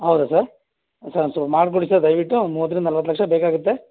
ಹೌದಾ sir sir ಒಂಚೂರು ಮಾಡಿಕೊಡಿ ಸರ್ ದಯವಿಟ್ಟು ಮೂವತ್ತರಿಂದ ನಲವತ್ತು ಲಕ್ಷ ಬೇಕಾಗುತ್ತೆ